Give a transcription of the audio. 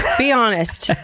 be honest!